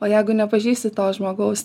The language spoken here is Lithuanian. o jeigu nepažįsti to žmogaus